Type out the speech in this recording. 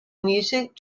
music